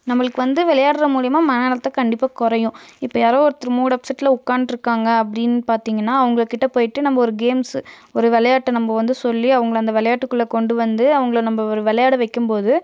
நம்மளுக்கு வந்து விளையாட்ற மூலியமாக மன அழுத்தம் கண்டிப்பாக குறையும் இப்போ யாரோ ஒருத்தர் மூட் அப்செட்ல உக்காந்ட்ருக்காங்க அப்படின்னு பார்த்தீங்கன்னா அவங்கக்கிட்ட போய்ட்டு நம்ம ஒரு கேம்ஸு ஒரு விளையாட்டு நம்ம வந்து சொல்லி அவங்கள அந்த விளையாட்டுக்குள்ள கொண்டு வந்து அவங்கள நம்ம ஒரு விளையாட வைக்கும்போது